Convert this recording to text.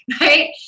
right